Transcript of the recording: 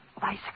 bicycle